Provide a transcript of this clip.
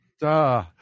duh